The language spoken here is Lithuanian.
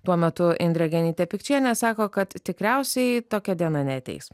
tuo metu indrė genytė pikčienė sako kad tikriausiai tokia diena neateis